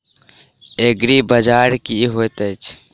एग्रीबाजार की होइत अछि?